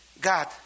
God